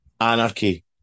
Anarchy